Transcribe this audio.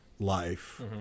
Life